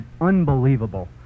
unbelievable